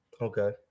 Okay